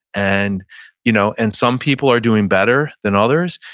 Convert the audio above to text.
and you know and some people are doing better than others,